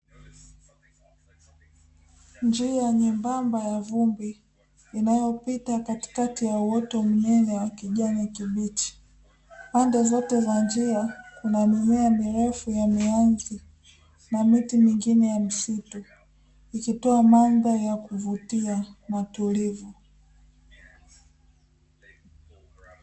Njia nyembamba yenye vumbi inayopita katika ya eneo lenye kijani kibichi. Pande zote za nija kuna miti mirefu ya mianzi na miti mingine ya msitu ikitoa mandhari ya kuvuti na tulivu.